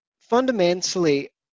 Fundamentally